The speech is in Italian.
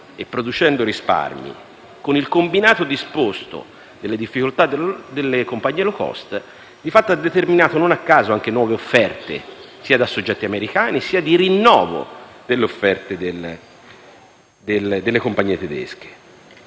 e producendo risparmi, in combinato disposto con le difficoltà delle compagnie *low cost* - hanno determinato non a caso anche nuove offerte sia da soggetti americani sia il rinnovo delle offerte da parte delle compagnie tedesche.